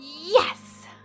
yes